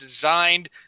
designed